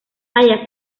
talla